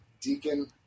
deacon